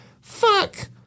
Fuck